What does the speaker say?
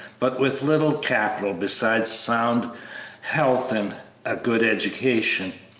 but with little capital besides sound health and a good education.